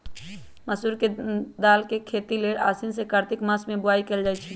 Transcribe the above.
मसूरी के दाल के खेती लेल आसीन से कार्तिक मास में बोआई कएल जाइ छइ